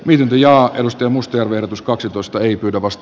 viljaa reilusti mustia verotus kaksitoista ii tavast